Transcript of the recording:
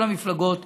כל המפלגות